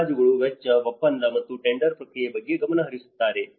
ಅಂದಾಜುಗಳು ವೆಚ್ಚ ಒಪ್ಪಂದ ಮತ್ತು ಟೆಂಡರ್ ಪ್ರಕ್ರಿಯೆ ಬಗ್ಗೆ ಗಮನಹರಿಸುತ್ತಾರೆ